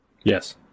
Yes